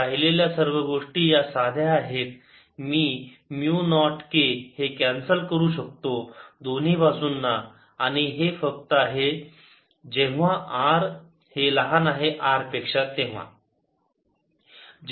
राहिलेल्या सर्व गोष्टी या साध्या आहेत मी म्यु नॉट k हे कॅन्सल करू शकतो दोन्ही बाजूंना आणि हे फक्त आहे जेव्हा r हे लहान आहे R पेक्षा